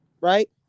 right